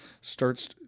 starts